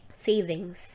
savings